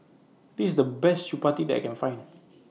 This IS The Best Chapati that I Can Find